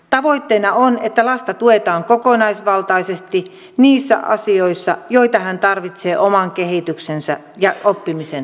tavoitteena on että lasta tuetaan kokonaisvaltaisesti niissä asioissa joita hän tarvitsee oman kehityksensä ja oppimisen tueksi